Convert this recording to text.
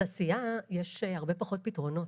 לתעשייה יש הרבה פחות פתרונות.